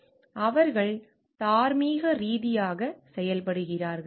அவர்கள் தார்மீக ரீதியாக செயல்படுகிறார்கள்